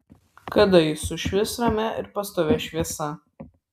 kada ji sušvis ramia ir pastovia šviesa